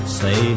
say